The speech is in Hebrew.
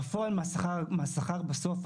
בפועל מהשכר בסוף,